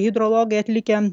hidrologai atlikę